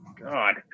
God